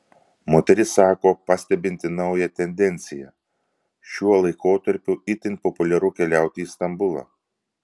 moteris sako pastebinti naują tendenciją šiuo laikotarpiui itin populiaru keliauti į stambulą